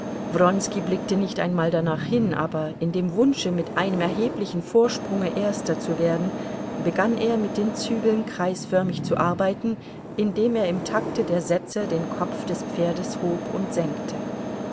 blickte nicht einmal danach hin aber in dem wunsche mit einem erheblichen vorsprunge erster zu werden begann er mit den zügeln kreisförmig zu arbeiten indem er im takte der sätze den kopf des pferdes hob und senkte